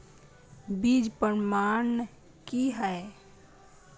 बीज प्रमाणन की हैय?